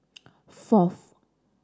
fourth